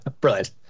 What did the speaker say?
Brilliant